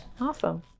awesome